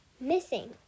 Missing